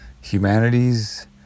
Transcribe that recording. Humanities